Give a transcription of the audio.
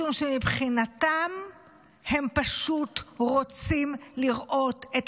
משום שמבחינתם הם פשוט רוצים לראות את